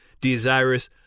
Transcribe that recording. desirous